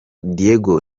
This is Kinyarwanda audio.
diego